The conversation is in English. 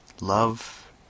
Love